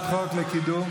לקידום,